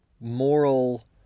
moral